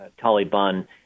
Taliban